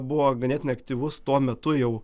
buvo ganėtinai aktyvus tuo metu jau